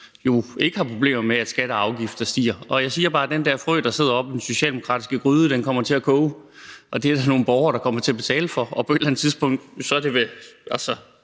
jo ikke har problemer med, at skatter og afgifter stiger. Og jeg siger bare, at den der frø, der sidder oppe i den socialdemokratiske gryde, kommer til at koge, og det er der nogle borgere, der kommer til at betale for, og på et eller andet tidspunkt siger de vel